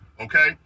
okay